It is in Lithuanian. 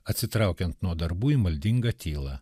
atsitraukiant nuo darbų į maldingą tylą